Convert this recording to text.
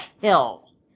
hill